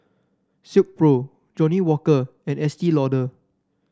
Silkpro Johnnie Walker and Estee Lauder